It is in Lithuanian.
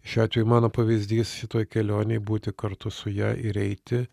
šiuo atveju mano pavyzdys šitoj kelionėj būti kartu su ja ir eiti